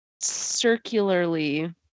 circularly